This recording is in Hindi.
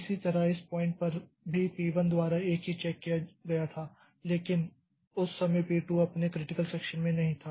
इसी तरह इस पॉइंट पर भी P 1 द्वारा एक ही चेक किया गया था लेकिन उस समय P 2 अपने क्रिटिकल सेक्षन में नहीं था